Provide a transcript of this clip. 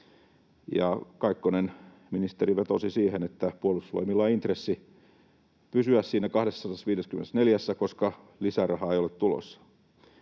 Kaikkonen vetosi siihen, että Puolustusvoimilla on intressi pysyä siinä 254:ssä, koska lisärahaa ei ole tulossa.